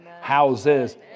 houses